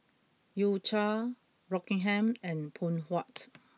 U Cha Rockingham and Phoon Huat